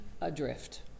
adrift